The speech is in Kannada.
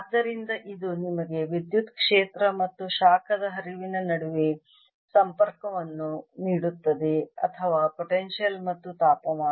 ಆದ್ದರಿಂದ ಇದು ನಿಮಗೆ ವಿದ್ಯುತ್ ಕ್ಷೇತ್ರ ಮತ್ತು ಶಾಖದ ಹರಿವಿನ ನಡುವೆ ಸಂಪರ್ಕವನ್ನು ನೀಡುತ್ತದೆ ಅಥವಾ ಪೊಟೆನ್ಶಿಯಲ್ ಮತ್ತು ತಾಪಮಾನ